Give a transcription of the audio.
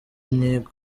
nyigo